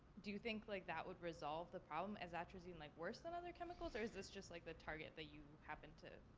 do you think like that would resolve the problem? is atrazine like worse than other chemicals, or is this just like the target that you happen to,